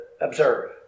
observe